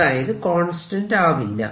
അതായത് കോൺസ്റ്റന്റ് ആവില്ല